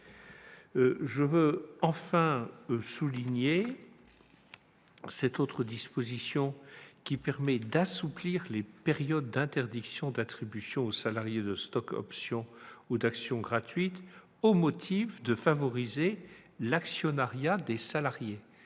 en outre favorable à cette autre disposition qui permet d'assouplir les périodes d'interdiction d'attribution aux salariés de stock-options ou d'actions gratuites pour favoriser l'actionnariat des salariés